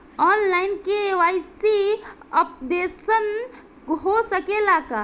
आन line KYC updation हो सकेला का?